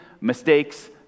mistakes